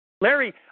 Larry